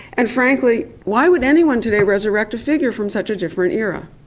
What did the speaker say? and frankly, why would anyone today resurrect a figure from such a different era?